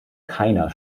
keiner